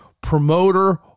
promoter